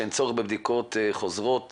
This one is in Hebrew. שאין צורך בבדיקות חוזרות